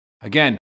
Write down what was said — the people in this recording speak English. Again